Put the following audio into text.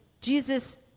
Jesus